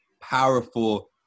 powerful